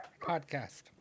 Podcast